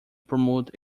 promote